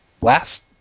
last